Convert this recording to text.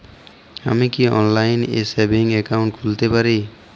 আমি কি অনলাইন এ সেভিংস অ্যাকাউন্ট খুলতে পারি?